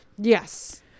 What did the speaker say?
Yes